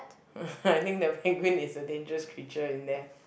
I think the penguin is a dangerous creature in there